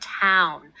town